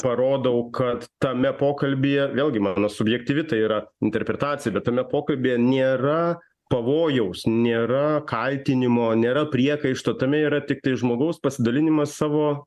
parodau kad tame pokalbyje vėlgi mano subjektyvi tai yra interpretacija bet tame pokalbyje nėra pavojaus nėra kaltinimo nėra priekaišto tame yra tiktai žmogaus pasidalinimas savo